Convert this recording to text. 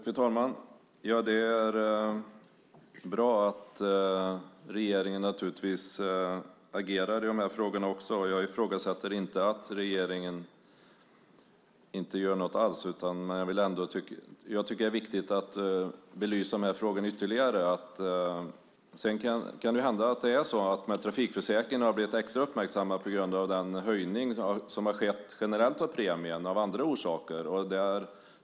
Fru talman! Det är bra att regeringen agerar i de här frågorna. Jag ifrågasätter inte det och säger inte att regeringen inte gör något alls. Men det är viktigt att belysa de här frågorna ytterligare. Det kan hända att trafikförsäkringen har blivit extra uppmärksammad på grund av att den höjning som skett av premien generellt av andra orsaker.